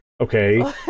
Okay